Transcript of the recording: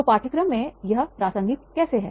तो पाठ्यक्रम में यह प्रासंगिक कैसे है